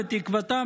לתקוותם,